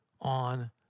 on